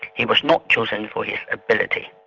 he was not chosen for his ability.